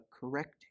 correcting